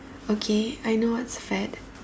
okay I know what's fad